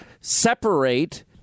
separate